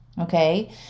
Okay